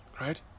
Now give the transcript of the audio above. Right